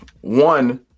one